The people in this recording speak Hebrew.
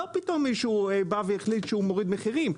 לא שפתאום מישהו בא והחליט שהוא מוריד מחירים,